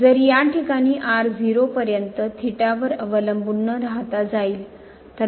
जर या ठिकाणी 0 पर्यंत थिटा वर अवलंबून न राहता जाईल